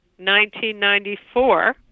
1994